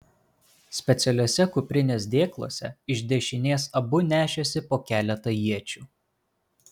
specialiuose kuprinės dėkluose iš dešinės abu nešėsi po keletą iečių